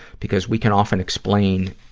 because we can often explain,